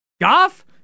Goff